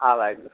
हा वाहेगुरु